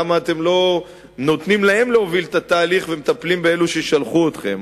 למה אתם לא נותנים להם להוביל את התהליך ומטפלים באלה ששלחו אתכם.